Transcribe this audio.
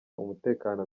umutekano